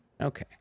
okay